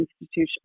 institution